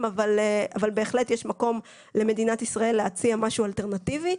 אבל בהחלט יש מקום למדינת ישראל להציע משהו אלטרנטיבי,